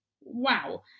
wow